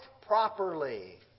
properly